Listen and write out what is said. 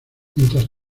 mientras